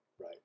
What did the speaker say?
right